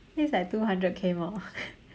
this is like two hundred K more